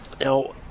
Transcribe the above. Now